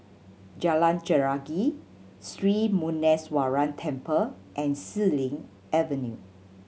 Jalan Chelagi Sri Muneeswaran Temple and Xilin Avenue